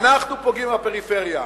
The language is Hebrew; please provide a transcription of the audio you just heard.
אנחנו פוגעים בפריפריה?